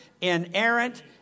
inerrant